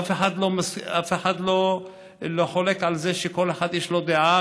אף אחד לא חולק על זה שכל אחד יש לו דעה,